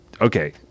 Okay